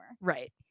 Right